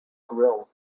grill